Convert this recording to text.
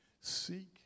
Seek